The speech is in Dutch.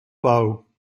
pauw